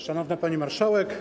Szanowna Pani Marszałek!